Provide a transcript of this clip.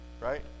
Right